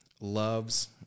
loves